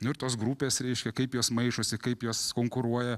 nu ir tos grupės reiškia kaip jos maišosi kaip jos konkuruoja